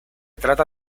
trata